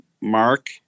Mark